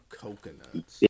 coconuts